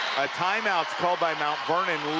a time-out called by mount vernon.